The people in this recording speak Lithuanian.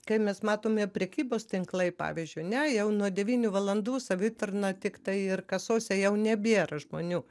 kaip mes matome prekybos tinklai pavyzdžiui ane jau nuo devynių valandų savitarna tik tai ir kasose jau nebėra žmonių